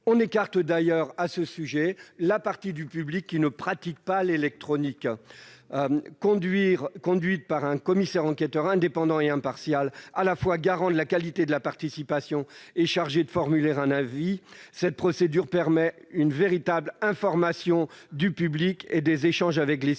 écarte du projet la partie du public qui n'est pas familière avec l'informatique. Conduite par un commissaire enquêteur indépendant et impartial, à la fois garant de la qualité de la participation et chargé de formuler un avis, l'enquête publique permet une véritable information du public et des échanges avec les citoyens.